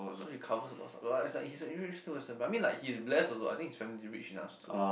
so he covers a lot of like like he's a university student I mean like he is blessed also I think his family is rich enough to two